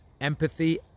empathy